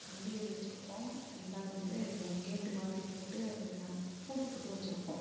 கம்பி வேலியை வச்சிருப்போம் ரெண்டாவது வந்து கேட்டு மாதிரி போட்டு அதுக்கு நாங்கள் பூட்டு போட்டும் வச்சிருப்போம்